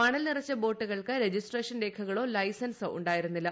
മണൽ നിറച്ച ബോട്ടുകൾക്ക് രജിസ്ട്രേഷൻ രേഖകളോ ലൈസൻസോ ഉണ്ടായിരുന്നില്ല